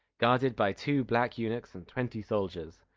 guarded by two black eunuchs and twenty soldiers.